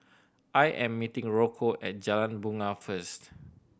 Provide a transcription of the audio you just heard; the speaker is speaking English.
I am meeting Rocco at Jalan Bungar first